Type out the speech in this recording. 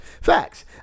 facts